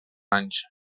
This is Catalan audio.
anys